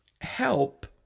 help